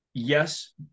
Yes